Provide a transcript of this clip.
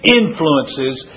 influences